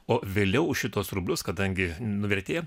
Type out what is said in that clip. o vėliau už šituos rublius kadangi nuvertėja